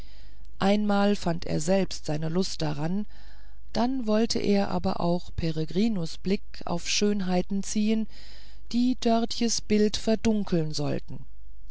einmal fand er selbst seine lust daran dann wollte er aber auch peregrinus blicke auf schönheiten ziehen die dörtjes bild verdunkeln sollten